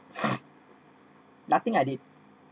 nothing I did